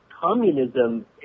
communism